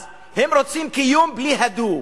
אז, הם רוצים קיום בלי ה"דו".